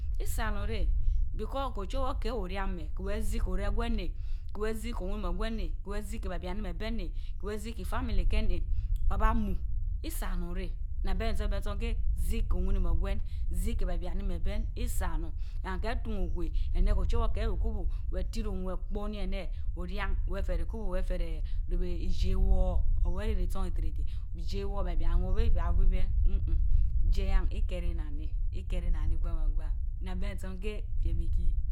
isa onun reh because keh ochorwor okeh eweh orian meh, keh zii keh orie, gwen neh, keh weh zii keh owinimwh ogwen neh, keh weh zii keh beh bianimeh gwen neh keh weh zii keh famili keh neh, aa baa mu, isa omua keh, nnaa bensor bensor keh zii keh owinimeh gwen, zii keh beh biani meh gwen. Isa onun and keh tun ukweh eneh ochowor keh eweh ukubu weh tiri owun ekpomii eneh oyian weh feteh ikubu weh feh reh ribii ijie woor, weh reh ri isan riteriteh bijie woor, behbian woor beh yah ubehbien nmm mmn, ijie yen ikeh reh nnaan neh, ikeh reh nnaan neh gban gban gban. nnaa benson keh piem ikii